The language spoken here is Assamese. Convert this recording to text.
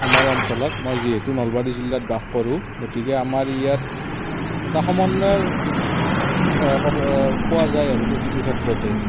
আমাৰ অঞ্চলত মই যিহেতু নলবাৰী জিলাত বাস কৰোঁ গতিকে আমাৰ ইয়াত এটা সমন্বয়ৰ পোৱা যায় আৰু প্ৰতিটো ক্ষেত্ৰতে